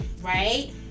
right